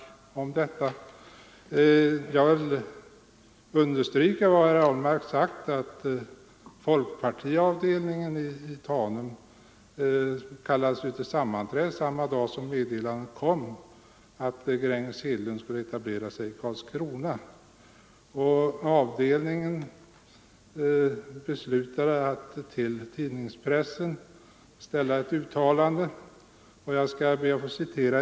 Folkpartiavdelningen i Tanum kallade, som herr Ahlmark har påpekat, till sammanträde samma dag som meddelandet om Gränges Hedlunds etablering i Karlskrona lämnades. Avdelningen beslutade därvid att tillställa tidningspressen ett uttalande.